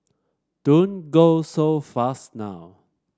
don't go so fast now